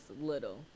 little